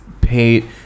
paid